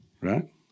Right